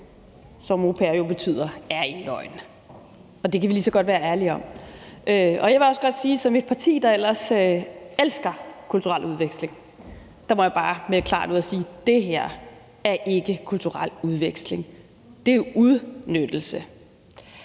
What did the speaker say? jo på lige fod, og det er en løgn. Det kan vi lige så godt være ærlige om, og jeg vil også godt som medlem af et parti, der ellers elsker kulturudveksling, bare melde klart ud og sige, at det her ikke er kulturel udveksling. Det er udnyttelse,